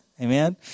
Amen